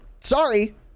sorry